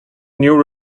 new